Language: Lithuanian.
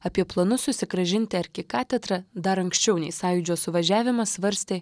apie planus susigrąžinti arkikatedrą dar anksčiau nei sąjūdžio suvažiavimas svarstė